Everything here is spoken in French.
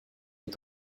est